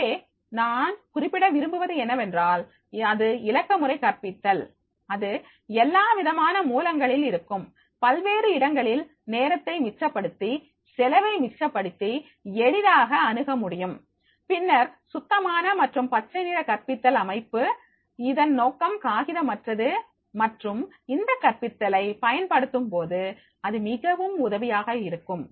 எனவே நான் குறிப்பிட விரும்புவது என்னவென்றால் அது இலக்கமுறை கற்பித்தல் அது எல்லா விதமான மூலங்களில் இருந்தும் பல்வேறு இடங்களில் நேரத்தை மிச்சப்படுத்தி செலவை மிச்சப் படுத்தி எளிதாக அணுக முடியும் பின்னர் சுத்தமான மற்றும் பச்சை நிற கற்பித்தல் அமைப்பு இதன் நோக்கம் காகிதமற்றது மற்றும் இந்த கற்பித்தலை பயன்படுத்தும் போது அது மிகவும் உதவியாக இருக்கும்